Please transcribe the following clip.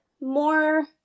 more